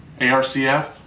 ARCF